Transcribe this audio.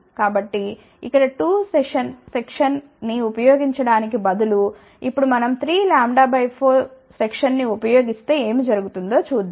కాబట్టి ఇక్కడ 2 సెక్షన్ ని ఉపయోగించడానికి బదులు ఇప్పుడు మనం 3 λ 4 విభాగాన్ని ఉపయోగిస్తే ఏమి జరుగుతుందో చూద్దాం